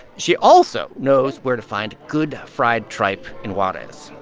she also knows where to find good fried tripe in juarez.